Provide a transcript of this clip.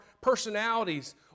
personalities